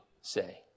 say